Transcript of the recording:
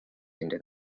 into